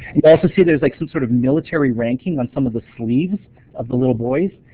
you also see there's like some sort of military ranking on some of the sleeves of the little boys.